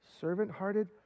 servant-hearted